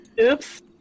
Oops